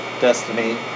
Destiny